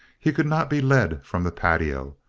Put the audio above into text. he could not be led from the patio.